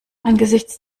angesichts